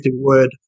word